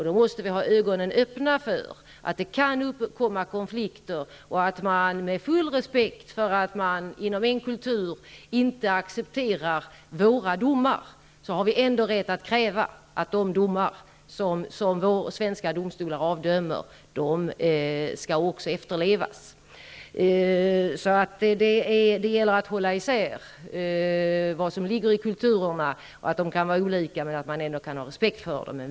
Vi måste därför ha ögonen öppna för att det kan uppstå konflikter och att vi, med full respekt för att man inom en kultur inte accepterar våra domar, ändå har rätt att kräva att de domar som våra svenska domstolar avdömer också skall efterlevas. Det gäller alltså att hålla isär vad som ligger i kulturerna, att de kan vara olika, och att man ändå kan ha respekt för dem.